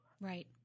Right